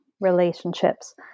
relationships